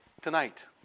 tonight